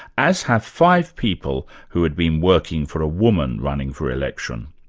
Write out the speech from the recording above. as have five people who had been working for a woman running for election.